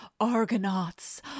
Argonauts